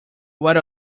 what